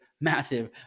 massive